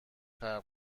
خلق